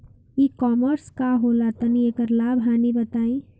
ई कॉमर्स का होला तनि एकर लाभ हानि बताई?